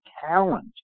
talent